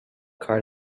card